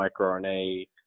microRNA